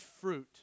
fruit